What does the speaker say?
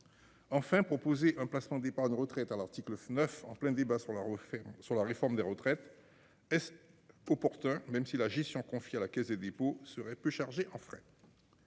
Enfin proposé un placement d'épargne retraite à l'article 9, en plein débat sur la. Sur la réforme des retraites est-ce. Opportun, même si la gestion confiée à la Caisse des dépôts serait peu chargée en fait.